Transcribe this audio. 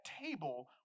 table